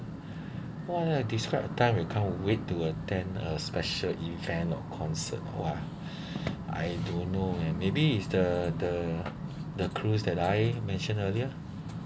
!wah! describe a time you can't wait to attend a special event or concert !wah! I don't know eh maybe is the the the cruise that I mentioned earlier